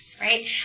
right